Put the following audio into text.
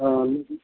हाँ